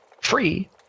free